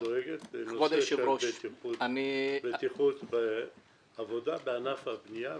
שדואגת לנושא של בטיחות בעבודה בענף הבנייה.